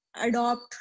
adopt